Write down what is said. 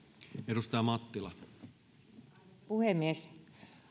arvoisa puhemies